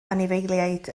anifeiliaid